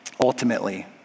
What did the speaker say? ultimately